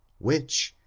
which,